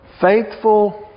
faithful